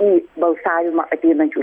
į balsavimą ateinančių